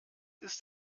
ist